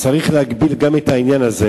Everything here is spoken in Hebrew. אז צריך להגביל גם את העניין הזה